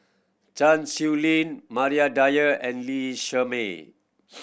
Chan Sow Lin Maria Dyer and Lee Shermay